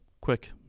quick